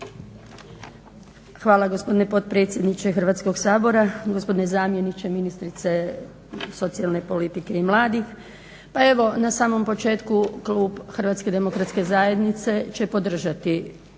Hvala gospodine potpredsjedniče Hrvatskog sabora, gospodine zamjeniče ministrice socijalne politike i mladih. Pa evo na samom početku klub Hrvatske demokratske zajednice će podržati